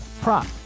prop